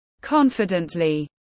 confidently